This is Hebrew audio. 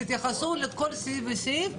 תתייחסו לכל סעיף וסעיף,